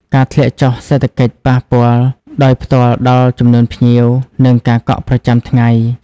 ការធ្លាក់ចុះសេដ្ឋកិច្ចប៉ះពាល់ដោយផ្ទាល់ដល់ចំនួនភ្ញៀវ និងការកក់ប្រចាំថ្ងៃ។